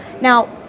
Now